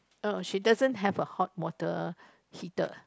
uh she doesn't have a hot water heater